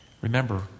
remember